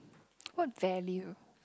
what value